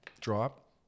drop